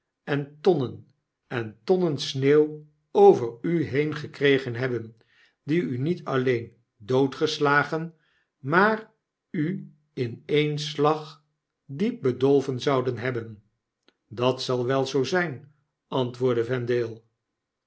gijtonnenen tonnen en tonnen sneeuw over u heen gekregen hebben die u niet alleen doodgeslagen maar u in een slag diep bedolven zouden hebben dat zal wel zoo zijn antwoordde vendale